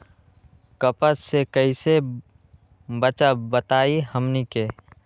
कपस से कईसे बचब बताई हमनी के?